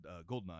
Goldeneye